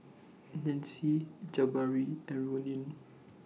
Nancy Jabari and Ronin